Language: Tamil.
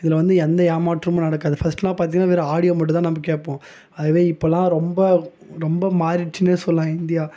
இதில் வந்து எந்த ஏமாற்றமும் நடக்காது ஃபஸ்ட்டுலாம் பார்த்தீங்கன்னா வெறும் ஆடியோ மட்டும் தான் நம்ம கேட்போம் அதுவே இப்பெல்லாம் ரொம்ப ரொம்ப மாறிடுச்சின்னே சொல்லலாம் இந்தியா